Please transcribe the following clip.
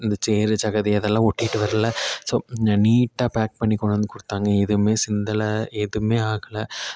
இந்த சேறு சகதி அதெல்லாம் ஒட்டிகிட்டு வரல ஸோ நீட்டாக பேக் பண்ணி கொண்டு வந்து கொடுத்தாங்க எதுவும் சிந்தலை எதுவும் ஆகலை